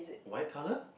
white colour